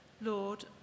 Lord